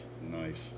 Nice